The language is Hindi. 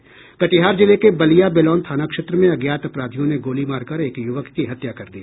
कटिहार जिले के बलिया बेलौन थाना क्षेत्र में अज्ञात अपराधियों ने गोली मारकर एक युवक की हत्या कर दी